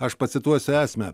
aš pacituosiu esmę